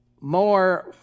more